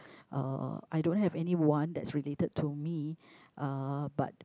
uh I don't have anyone that's related to me uh but